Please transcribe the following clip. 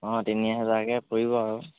অঁ তিনি হাজাৰকৈ পৰিব আৰু